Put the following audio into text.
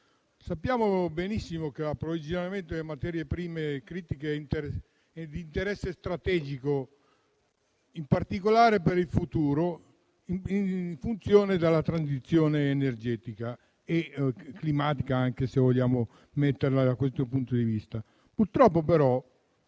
sia importante l'approvvigionamento delle materie prime critiche e di interesse strategico, in particolare per il futuro, in funzione della transizione energetica e anche climatica, se vogliamo considerarlo da questo punto di vista. Purtroppo, però,